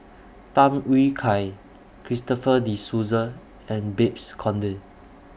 Tham Yui Kai Christopher De Souza and Babes Conde